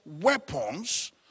weapons